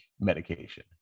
medication